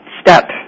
step